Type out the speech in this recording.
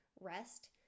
Rest